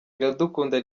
iradukunda